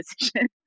decision